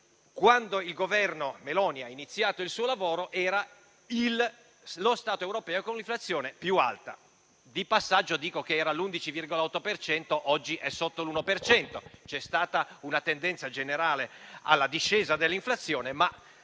Quando il Governo Meloni ha iniziato il suo lavoro era lo Stato europeo con l'inflazione più alta. Di passaggio dico che era all'11,8 per cento, mentre oggi è sotto l'uno per cento: c'è stata una tendenza generale alla discesa dell'inflazione, ma